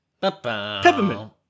Peppermint